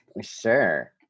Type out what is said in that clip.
Sure